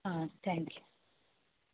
thank you